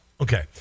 Okay